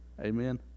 Amen